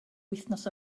wythnos